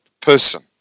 person